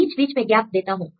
बीच बीच में मैं गैप देता हूं